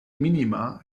minima